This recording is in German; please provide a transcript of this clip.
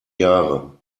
jahre